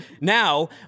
now